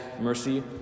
mercy